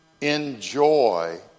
Enjoy